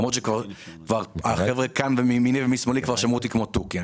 למרות שכבר החבר'ה מימיני ומשמאלי שמעו אותי כמו תוכי.